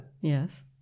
Yes